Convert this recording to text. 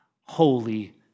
Holy